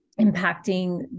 impacting